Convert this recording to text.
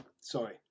Sorry